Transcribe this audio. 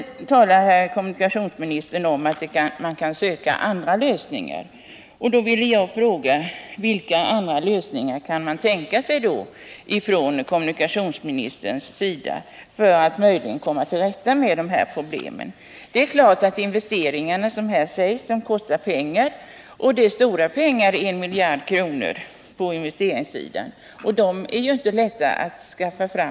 Kommunikationsministern nämner i svaret att man kan söka andra lösningar. Vilka andra lösningar kan då kommunikationsministern tänka sig för att om möjligt komma till rätta med de här problemen? Det är klart att de här investeringarna skulle kosta pengar, och 1 miljard kronor är mycket pengar som det i dagens läge inte är så lätt att skaffa fram.